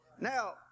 Now